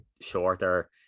shorter